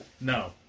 No